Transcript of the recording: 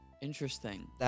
Interesting